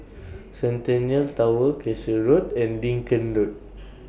Centennial Tower Cashew Road and Lincoln Road